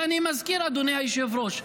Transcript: ואני מזכיר, אדוני היושב-ראש: